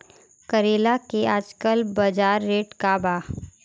करेला के आजकल बजार रेट का बा?